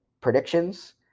predictions